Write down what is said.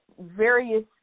various